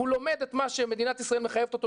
הוא לומד את מה שמדינת ישראל מחייבת אותו